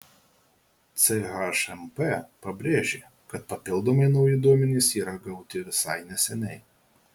chmp pabrėžė kad papildomai nauji duomenys yra gauti visai neseniai